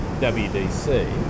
WDC